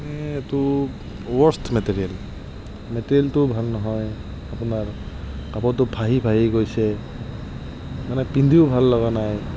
মানে এইটো worst material মেটেৰীয়েলটো ভাল নহয় আপোনাৰ কাপোৰটো ভাহি ভাহি গৈছে মানে পিন্ধিও ভাল লগা নাই